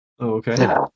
okay